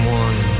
one